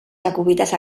jacobites